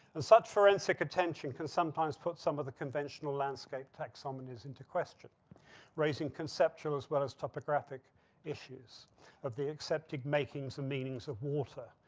such forensic attention can sometimes put some of the conventional landscape taxonomies into question raising conceptual as well as topographic issues of the accepted makings and meanings of water,